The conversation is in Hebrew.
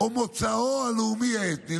או מוצאו הלאומי האתני.